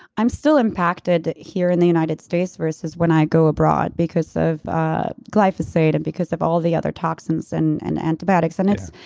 i'm still impacted here in the united states versus when i go abroad because of ah glyphosate and because of all the other toxins and and antibiotics and it's.